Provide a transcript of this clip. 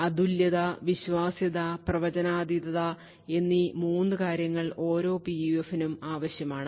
അതുല്യത വിശ്വാസ്യത പ്രവചനാതീതത എന്നി 3 കാര്യങ്ങൾ ഓരോ PUF നും ആവശ്യമാണ്